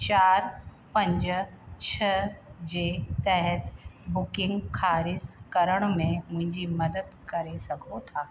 चारि पंज छह जे तहत बुकिंग ख़ारिज़ करण में मुंहिंजी मदद करे सघो था